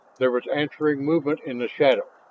there was answering movement in the shadow.